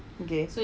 okay